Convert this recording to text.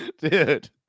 dude